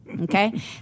okay